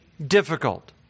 difficult